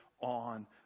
on